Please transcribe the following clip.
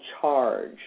charge